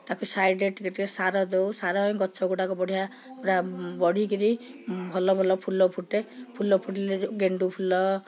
ତାକୁ ସାଇଡ଼ରେ ଟିକିଏ ଟିକିଏ ସାର ଦେଉ ସାର ହିଁ ଗଛ ଗୁଡ଼ାକୁ ବଢ଼ିଆ ପୁରା ବଢ଼ିକରି ଭଲ ଭଲ ଫୁଲ ଫୁଟେ ଫୁଲ ଫୁଟିଲେ ଗେଣ୍ଡୁ ଫୁଲ